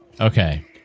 Okay